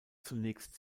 zunächst